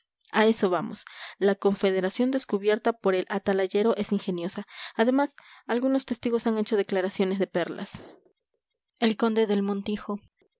a eso vamos la confederación descubierta por el atalayero es ingeniosa además algunos testigos han hecho declaraciones de perlas el conde del montijo